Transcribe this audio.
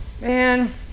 man